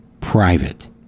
private